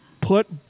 put